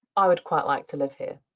i would quite like to live here.